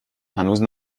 هنوز